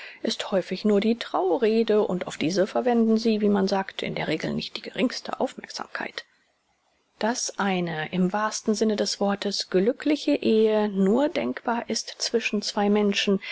ist häufig nur die traurede und auf diese verwenden sie wie man sagt in der regel nicht die geringste aufmerksamkeit daß eine im wahrsten sinne des wortes glückliche ehe nur denkbar ist zwischen zwei menschen